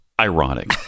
ironic